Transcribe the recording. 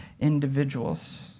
individuals